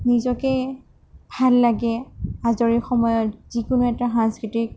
নিজকে ভাল লাগে আজৰি সময়ত যিকোনো এটা সাংস্কৃতিক